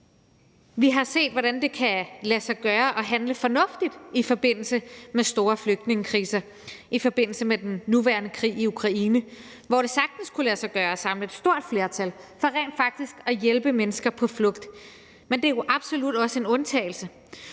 Vi har set, hvordan det kan lade sig gøre at handle fornuftigt i forbindelse med store flygtningekriser i forbindelse med den nuværende krig i Ukraine, hvor det sagtens kunne lade sig gøre at samle et stort flertal for rent faktisk at hjælpe mennesker på flugt, men det er jo absolut også en undtagelse.